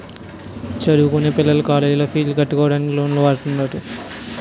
చదువుకొనే పిల్లలు కాలేజ్ పీజులు కట్టుకోవడానికి లోన్లు వాడుతారు